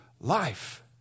life